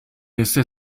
este